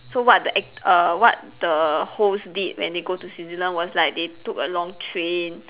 so what the ac~ err what the host did when they go to Switzerland was like they took a long train